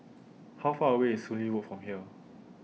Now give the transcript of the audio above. How Far away IS Soon Lee Road from here